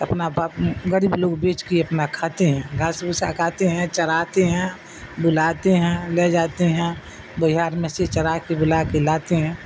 اپنا باپ غریب لوگ بیچ کے اپنا کھاتے ہیں گھاس بھسا کھاتے ہیں چراتے ہیں بلاتے ہیں لے جاتے ہیں بہار میں سے چرا کے بلا کے لاتے ہیں